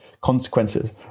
consequences